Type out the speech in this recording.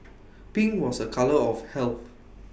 pink was A colour of health